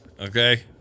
Okay